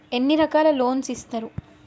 ఎన్ని రకాల లోన్స్ ఇస్తరు?